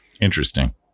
Interesting